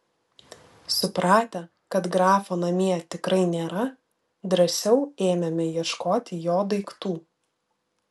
supratę kad grafo namie tikrai nėra drąsiau ėmėme ieškoti jo daiktų